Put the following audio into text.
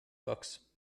books